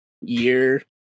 year